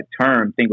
term